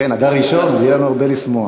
אדר ראשון, אז יהיה לנו הרבה לשמוח.